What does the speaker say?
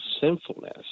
sinfulness